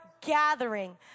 Gathering